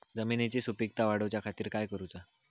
जमिनीची सुपीकता वाढवच्या खातीर काय करूचा?